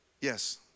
Yes